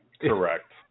Correct